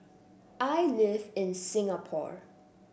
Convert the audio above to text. I live in Singapore